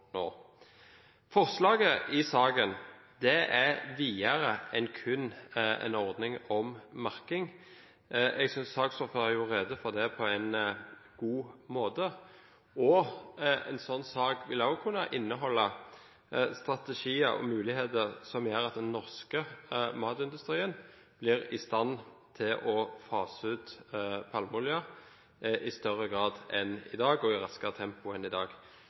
nå. Forslaget i saken er videre enn kun en ordning om merking. Jeg synes saksordføreren gjorde rede for det på en god måte, og en sånn sak vil òg kunne inneholde strategier og muligheter som gjør at den norske matindustrien blir i stand til å fase ut palmeolje i større grad enn i dag og i raskere tempo enn i dag.